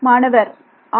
மாணவர் ஆம்